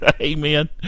Amen